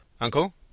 Uncle